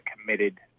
committed